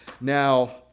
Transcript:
Now